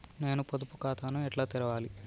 నేను పొదుపు ఖాతాను ఎట్లా తెరవాలి?